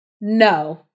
no